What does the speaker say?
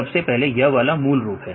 सबसे पहला यह वाला मूल रूप है